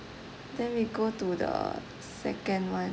then we go to the second [one]